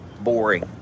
boring